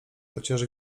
chociaż